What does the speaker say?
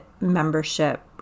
membership